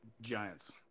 Giants